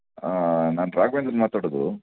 ಆ ನಾನು ರಾಘವೇಂದ್ರ ಮಾತಾಡುದು